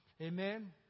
Amen